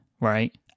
right